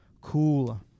cool